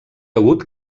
hagut